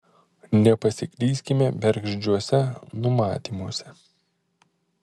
nepasiklyskime bergždžiuose numatymuose